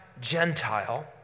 Gentile